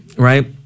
Right